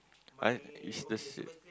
I is the s~